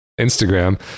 Instagram